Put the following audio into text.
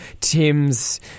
Tim's